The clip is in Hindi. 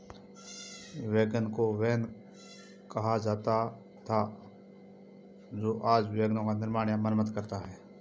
वैगन को वेन कहा जाता था और जो वैगनों का निर्माण या मरम्मत करता है